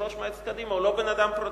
יושב-ראש מועצת קדימה, הוא לא בן-אדם פרטי.